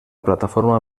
plataforma